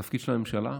התפקיד של הממשלה,